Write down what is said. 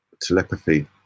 telepathy